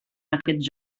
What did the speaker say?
aquests